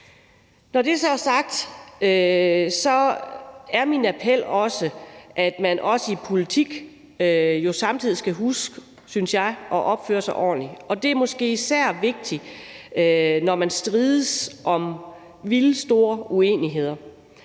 Når det så er sagt, er min appel også, at man i politik jo samtidig skal huske, synes jeg, at opføre sig ordentligt, og det er måske især vigtigt, når man strides om vildt store uenigheder.